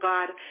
God